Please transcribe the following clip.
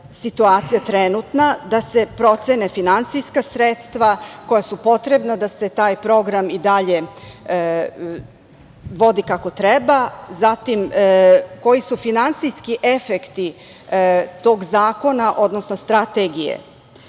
situacija trenutna, da se procene finansijska sredstva koja su potrebna da se taj program i dalje vodi kako treba. Zatim, koji su finansijski efekti tog zakona, odnosnoStrategije?